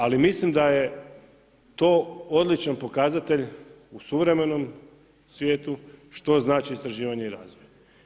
Ali mislim da je to odličan pokazatelj u suvremenom svijetu što znači istraživanje i razvoj.